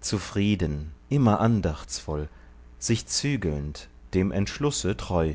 zufrieden immer andachtsvoll sich zügelnd dem entschlusse treu